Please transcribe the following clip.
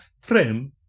frame